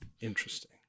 Interesting